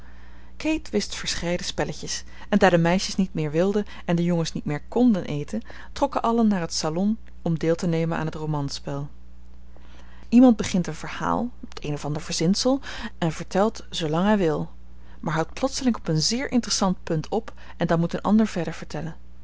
kate wist verscheiden spelletjes en daar de meisjes niet meer wilden en de jongens niet meer konden eten trokken allen naar het salon om deel te nemen aan het romanspel iemand begint een verhaal het een of ander verzinsel en vertelt zoolang hij wil maar houdt plotseling op een zeer interessant punt op en dan moet een ander verder vertellen